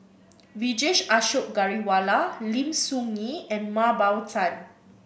Vijesh Ashok Ghariwala Lim Soo Ngee and Mah Bow Tan